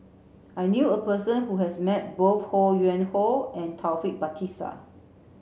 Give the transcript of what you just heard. I knew a person who has met both Ho Yuen Hoe and Taufik Batisah